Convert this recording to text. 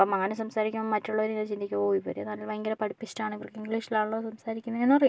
അപ്പം അങ്ങനെ സംസാരിക്കുമ്പോൾ മറ്റുള്ളവര് ഇങ്ങനെ ചിന്തിക്കും ഓ ഇവരു നല്ല ഭയങ്കര പഠിപ്പിസ്റ്റാണ് ഇവർക്ക് ഇംഗ്ലീഷിലാണല്ലോ സംസാരിക്കുന്നേന്നു പറയും